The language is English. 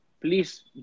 please